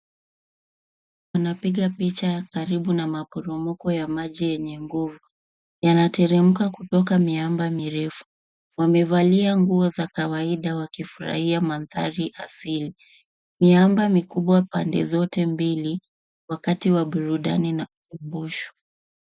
Wanapiga picha karibu na maporomoko ya maji yenye nguvu. Yanateremka kutoka miamba mirefu. Wamevalia nguo za kawaida wakifurahia manthari asili, miamba mikubwa pande zote mbili, wakati wa burudani uburusho.